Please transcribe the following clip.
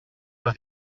les